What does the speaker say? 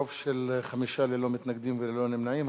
בעד, 5, אין מתנגדים, אין נמנעים.